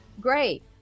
Great